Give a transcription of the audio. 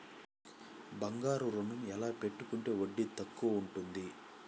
బంగారు ఋణం ఎలా పెట్టుకుంటే వడ్డీ తక్కువ ఉంటుంది?